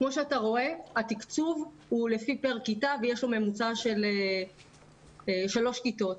שאתה רואה התקצוב הוא פר כיתה ויש לו ממוצע של שלוש כיתות.